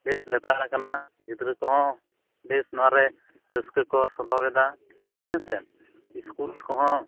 ᱵᱮᱥ ᱞᱮᱛᱟᱲ ᱟᱠᱟᱱᱟ ᱜᱤᱫᱽᱨᱟᱹ ᱠᱚᱦᱚᱸ ᱵᱮᱥ ᱱᱚᱣᱟ ᱨᱮ ᱨᱟᱹᱥᱠᱟᱹ ᱠᱚ ᱥᱚᱫᱚᱨᱮᱫᱟ ᱦᱮᱸᱥᱮ ᱤᱥᱠᱩᱞ ᱠᱚᱦᱚᱸ